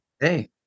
Hey